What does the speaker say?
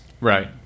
right